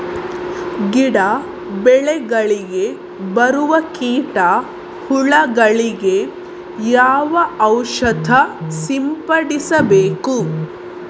ಗಿಡ, ಬೆಳೆಗಳಿಗೆ ಬರುವ ಕೀಟ, ಹುಳಗಳಿಗೆ ಯಾವ ಔಷಧ ಸಿಂಪಡಿಸಬೇಕು?